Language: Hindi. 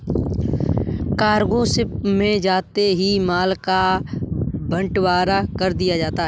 कार्गो शिप में जाते ही माल का बंटवारा कर दिया जाता है